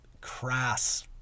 crass